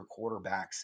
quarterbacks